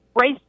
race